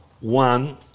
one